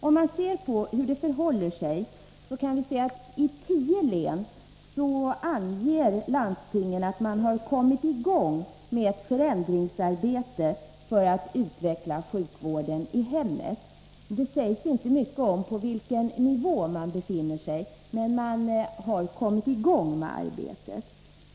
Om vi ser på hur det förhåller sig, kan vi märka att i tio län anger landstingen att man har kommit i gång med ett förändringsarbete för att utveckla sjukvården i hemmet. Det sägs inte mycket om på vilken nivå man befinner sig, men man har kommit i gång med arbetet.